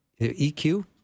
EQ